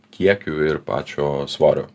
kiekiu ir pačio svorio